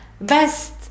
best